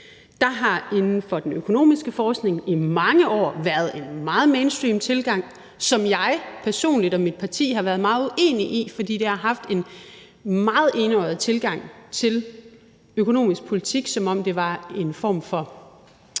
Der har inden for den økonomiske forskning i mange år været en meget mainstream tilgang, som jeg personligt og mit parti har været meget uenige i, fordi det har været en meget enøjet tilgang til økonomisk politik, som om det var en form for